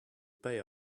pay